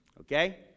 Okay